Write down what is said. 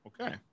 Okay